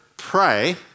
pray